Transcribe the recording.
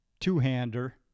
two-hander